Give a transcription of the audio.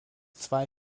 zwei